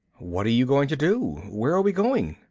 what are you going to do? where are we going?